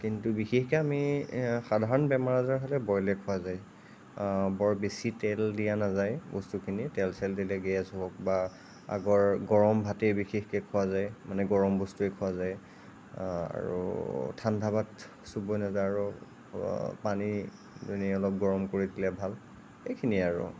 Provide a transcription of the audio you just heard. কিন্তু বিশেষকে আমি সাধাৰণ বেমাৰ আজাৰ হ'লে বইলে খোৱা যায় বৰ বেছি তেল দিয়া নাযায় বস্তুখিনিত তেল চেল দিলে গেছ হ'ব বা গৰম ভাতেই খোৱা যায় মানে গৰম বস্তুৱেই খোৱা যায় আৰু ঠাণ্ডা ভাত চোব নাযায় আৰু পানী দুনী অলপ গৰম কৰি দিলে ভাল এইখিনিয়েই আৰু